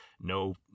no